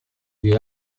gli